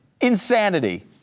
Insanity